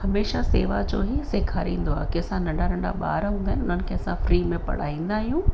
हमेशह शेवा जो ई सेखारींदो आहे ही असां नंढा नंढा ॿार हूंदा आहिनि उन्हनि खे असां फ़्री में पढ़ाईंदा आहियूं